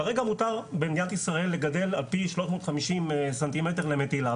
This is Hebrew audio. כרגע מותר במדינת ישראל לגדל על-פי 350 סמ"ר למטילה,